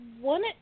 One